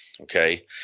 okay